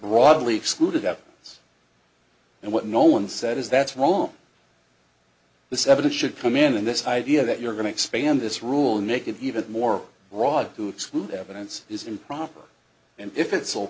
broadly excluded out yes and what no one said is that's wrong this evidence should come in and this idea that you're going to expand this rule make it even more broad to exclude evidence is improper and if it's all